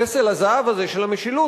פסל הזהב הזה של המשילות,